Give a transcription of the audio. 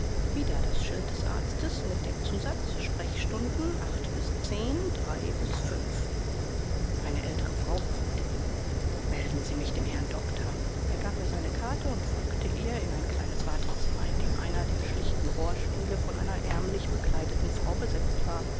wieder das schild des arztes mit dem zusatz sprechstunden eine ältere frau öffnete ihm melden sie mich dem herrn doktor er gab ihr seine karte und folgte ihr in ein kleines wartezimmer in dem einer der schlichten rohrstühle von einer ärmlich bekleideten frau besetzt war